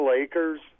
Lakers